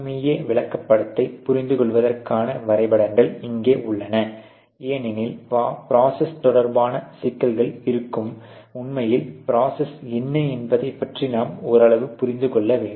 FMEA விளக்கப்படத்தைப் புரிந்துகொள்வதற்கான வரைபடங்கள் இங்கே உள்ளன ஏனெனில் ப்ரோசஸ் தொடர்பான சிக்கல்கள் இருக்கும் உண்மையில் ப்ரோசஸ் என்ன என்பதைப் பற்றி நாம் ஓரளவு புரிந்து கொள்ள வேண்டும்